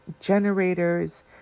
generators